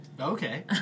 Okay